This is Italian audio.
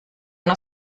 una